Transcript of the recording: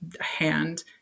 hand